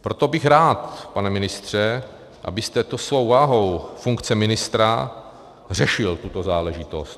Proto bych rád, pane ministře, abyste to svou vahou funkce ministra řešil tuto záležitost.